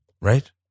right